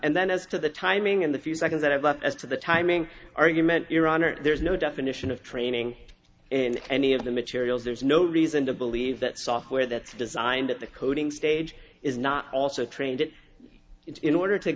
and then as to the timing in the few seconds that i've left as to the timing argument your honor there's no definition of training in any of the materials there's no reason to believe that software that's designed at the coding stage is not also trained it in order to